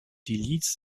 delete